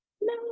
No